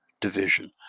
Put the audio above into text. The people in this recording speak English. Division